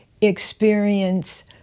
experience